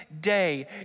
day